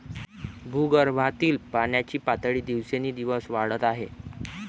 भूगर्भातील पाण्याची पातळी दिवसेंदिवस वाढत आहे